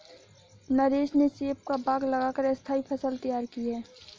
नरेश ने सेब का बाग लगा कर स्थाई फसल तैयार की है